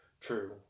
true